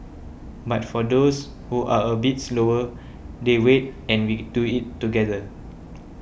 but for those who are a bit slower they wait and we do it together